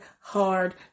hard